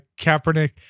Kaepernick